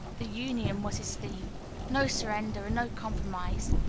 the union was his theme no surrender and no compromise,